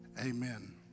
Amen